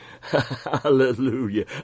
Hallelujah